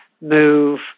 move